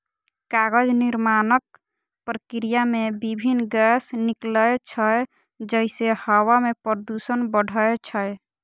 कागज निर्माणक प्रक्रिया मे विभिन्न गैस निकलै छै, जइसे हवा मे प्रदूषण बढ़ै छै